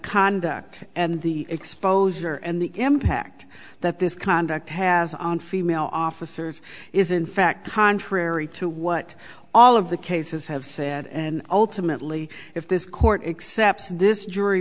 conduct and the exposure and the impact that this conduct has on female officers is in fact contrary to what all of the cases have said and ultimately if this court accepts this jury